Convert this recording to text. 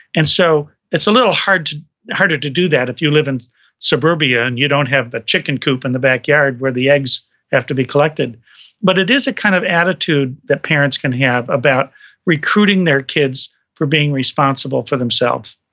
and so, it's a little harder to harder to do that if you live in suburbia, and you don't have the chicken coop in the back yard where the eggs have to be collected but it is a kind of attitude that parents can have about recruiting their kids for being responsible for themselves.